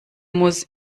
muss